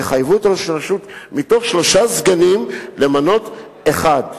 יחייבו את ראש הרשות משלושה סגנים למנות אחד.